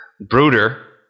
brooder